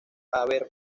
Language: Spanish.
haber